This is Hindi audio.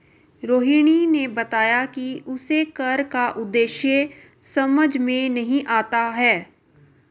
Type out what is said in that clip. रोहिणी ने बताया कि उसे कर का उद्देश्य समझ में नहीं आता है